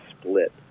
split